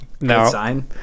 No